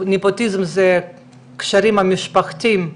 נפוטיזם זה קשרים משפחתיים,